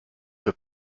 für